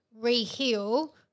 re-heal